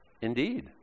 Indeed